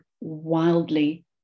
wildly